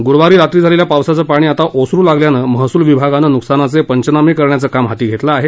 गुरुवारी रात्री झालेल्या पावसाचं पाणी आता ओसरु लागल्यानं महसूल विभागानं नुकसानाचे पंचनामे करण्याचं काम हाती घेतलं आहे